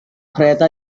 kereta